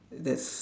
that's